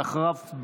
ואחריו,